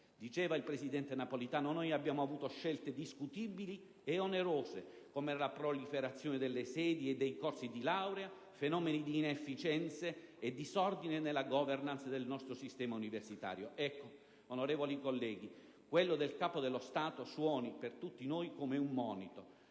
Il Presidente ha altresì detto: «Noi abbiamo avuto scelte discutibili e onerose, come la proliferazione delle sedi e dei corsi di laurea, fenomeni di inefficienze e disordine nella *governance* del nostro sistema universitario». Onorevoli colleghi, quello del Capo dello Stato suoni come un monito